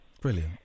brilliant